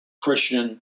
Christian